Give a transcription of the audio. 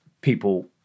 people